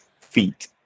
feet